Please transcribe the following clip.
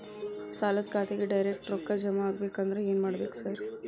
ಸಾಲದ ಖಾತೆಗೆ ಡೈರೆಕ್ಟ್ ರೊಕ್ಕಾ ಜಮಾ ಆಗ್ಬೇಕಂದ್ರ ಏನ್ ಮಾಡ್ಬೇಕ್ ಸಾರ್?